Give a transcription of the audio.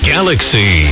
Galaxy